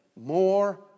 More